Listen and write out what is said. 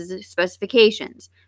specifications